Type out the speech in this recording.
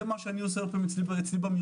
זה מה שאני עושה אצלי במרפאה.